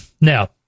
Now